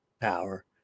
power